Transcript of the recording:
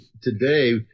today –